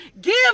give